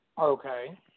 Okay